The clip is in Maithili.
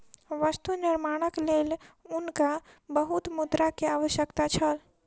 वस्तु निर्माणक लेल हुनका बहुत मुद्रा के आवश्यकता छल